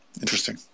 Interesting